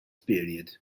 period